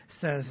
Says